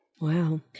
Wow